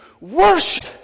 worship